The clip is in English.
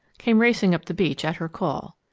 came racing up the beach at her call.